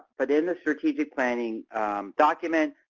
but in the strategic planning document,